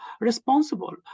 responsible